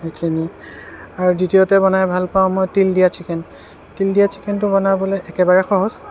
সেইখিনি আৰু দ্বিতীয়তে বনাই ভাল পাওঁ মই তিল দিয়া ছিকেন তিল দিয়া ছিকেনটো বনাবলৈ একেবাৰে সহজ